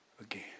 again